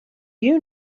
you